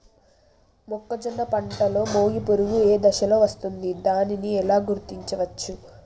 మొక్కజొన్న పంటలో మొగి పురుగు ఏ దశలో వస్తుంది? దానిని ఎలా గుర్తించవచ్చు?